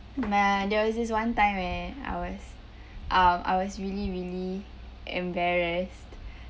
my uh there was this one time where I was um I was really really embarrassed